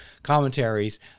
Commentaries